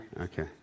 Okay